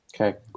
Okay